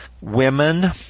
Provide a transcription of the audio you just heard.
women